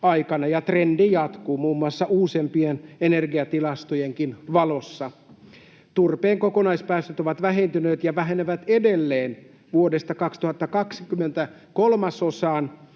ja trendi jatkuu muun muassa uusimpien energiatilastojenkin valossa. Turpeen kokonaispäästöt ovat vähentyneet ja vähenevät edelleen, vuodesta 2020 kolmasosaan,